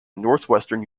northwestern